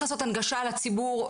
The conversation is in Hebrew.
צריך לעשות הנגשה לציבור.